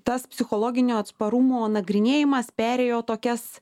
tas psichologinio atsparumo nagrinėjimas perėjo tokias